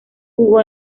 jugó